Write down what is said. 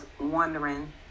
wondering